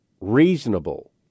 reasonable